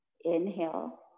Inhale